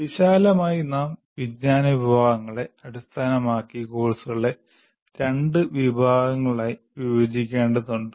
വിശാലമായി നാം വിജ്ഞാന വിഭാഗങ്ങളെ അടിസ്ഥാനമാക്കി കോഴ്സുകളെ രണ്ട് വിഭാഗങ്ങളായി വിഭജിക്കേണ്ടതുണ്ട്